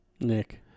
Nick